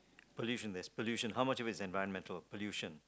pollution there's pollution how much of it is environmental pollution